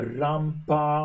rampa